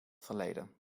verleden